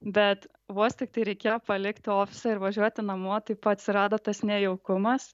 bet vos tiktai reikėjo palikti ofisą ir važiuoti namo taip atsirado tas nejaukumas